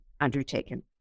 undertaken